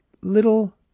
little